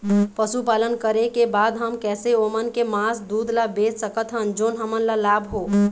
पशुपालन करें के बाद हम कैसे ओमन के मास, दूध ला बेच सकत हन जोन हमन ला लाभ हो?